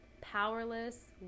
powerless